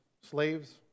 slaves